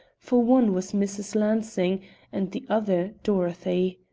for one was mrs. lansing and the other dorothy.